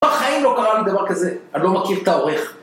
בחיים לא קרה לי דבר כזה, אני לא מכיר את העורך